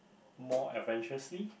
more adventurously